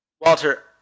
Walter